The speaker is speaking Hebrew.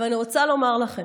אבל אני רוצה לומר לכם